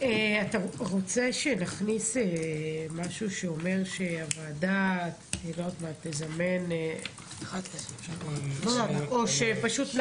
אתה רוצה שנכניס משהו שאומר שהוועדה תזמן או שפשוט,